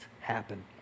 happen